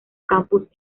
campus